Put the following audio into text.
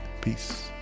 Peace